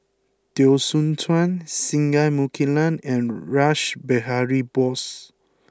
Teo Soon Chuan Singai Mukilan and Rash Behari Bose